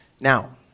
Now